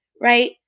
right